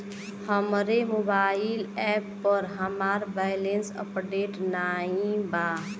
हमरे mobile app पर हमार बैलैंस अपडेट नाई बा